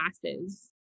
classes